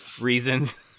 reasons